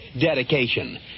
dedication